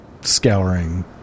scouring